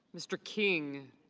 mr. king.